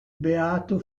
beato